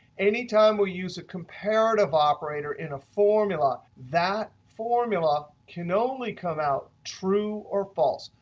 any time we use a comparative operator in a formula, that formula can only come out true or false.